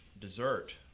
dessert